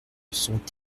sont